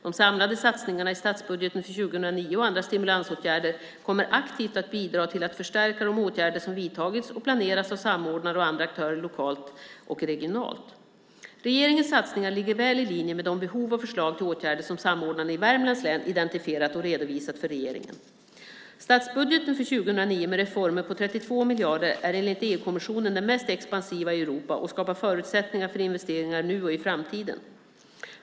De samlade satsningarna i statsbudgeten för 2009 och andra stimulansåtgärder kommer aktivt att bidra till att förstärka de åtgärder som vidtagits och planeras av samordnare och andra aktörer, lokalt och regionalt. Regeringens satsningar ligger väl i linje med de behov och förslag till åtgärder som samordnarna i Värmlands län identifierat och redovisat för regeringen. Statsbudgeten för 2009, med reformer på 32 miljarder, är enligt EU-kommissionen den mest expansiva i Europa och skapar förutsättningar för investeringar nu och i framtiden.